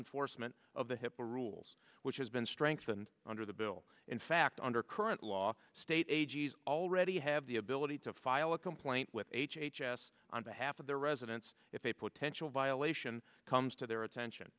enforcement of the hipaa rules which has been strengthened under the bill in fact under current law state a g s already have the ability to file a complaint with h h s on behalf of their residents if a potential violation comes to their attention